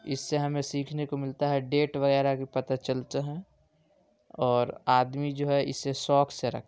اس سے ہمیں سیکھنے کو ملتا ہے ڈیٹ وغیرہ بھی پتہ چلتا ہے اور آدمی جو ہے اسے شوق سے رکھتے ہیں